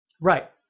Right